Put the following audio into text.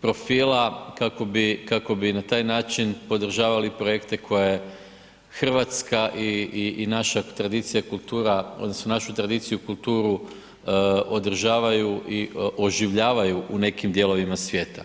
profila kako bi na taj način podržavali projekte koje Hrvatska i naša tradicija i kultura, odnosno našu tradiciju i kulturu održavaju i oživljavaju u nekim dijelovima svijeta.